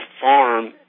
farm